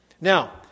Now